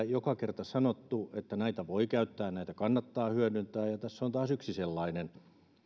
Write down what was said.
joka kerta sanoneet että näitä voi käyttää näitä kannattaa hyödyntää ja tässä on taas yksi sellainen